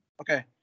Okay